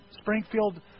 Springfield